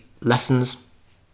lessons